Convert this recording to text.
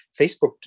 Facebook